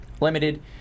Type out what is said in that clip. limited